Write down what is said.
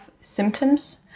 symptoms